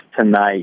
tonight